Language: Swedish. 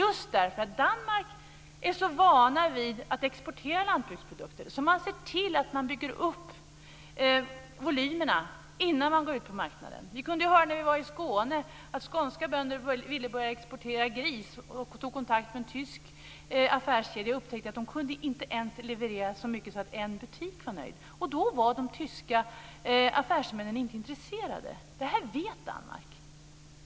I Danmark är man nämligen så van vid att exportera lantbruksprodukter att man ser till att bygga upp volymerna innan man går ut på marknaden. När vi var i Skåne hörde vi att skånska bönder ville börja exportera gris. De tog kontakt med en tysk affärskedja men upptäckte att de inte ens kunde leverera så mycket att en butik blev nöjd. Och då var de tyska affärsmännen inte intresserade. Det här vet Danmark.